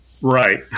Right